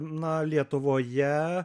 na lietuvoje